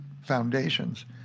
foundations